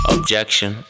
Objection